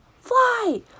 Fly